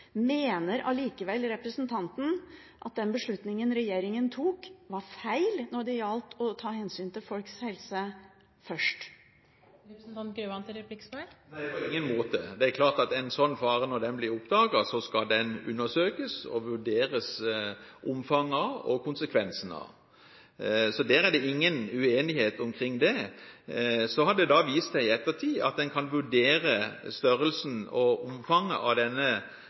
Mener allikevel representanten at den beslutningen regjeringen tok, var feil når det gjaldt å ta hensyn til folks helse først? Nei, på ingen måte. Det er klart at når en slik fare blir oppdaget, skal den undersøkes, og en skal vurdere omfanget og konsekvensene. Så det er ingen uenighet omkring det. Så har det vist seg i ettertid at en kan vurdere størrelsen og omfanget av denne faren på litt ulik måte. Det har vi også fått dokumentert gjennom den